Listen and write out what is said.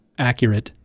accurate,